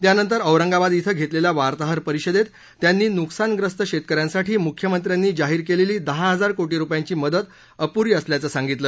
त्यानंतर औरंगाबाद क्रिं घेतलेल्या वार्ताहर परिषदेत त्यांनी नुकसानग्रस्त शेतकऱ्यांसाठी मुख्यमंत्र्यांनी जाहीर केलेली दहा हजार कोटी रुपयांची मदत अपुरी असल्याचं सांगितलं